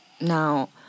Now